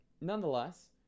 nonetheless